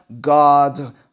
God